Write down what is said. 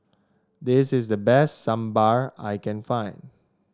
this is the best Sambar I can find